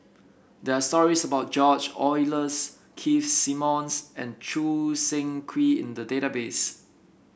there are stories about George Oehlers Keith Simmons and Choo Seng Quee in the database